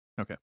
Okay